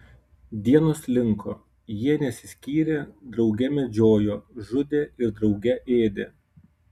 dienos slinko jie nesiskyrė drauge medžiojo žudė ir drauge ėdė